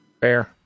Fair